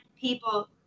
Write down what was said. people